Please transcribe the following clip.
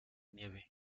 nieve